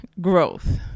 growth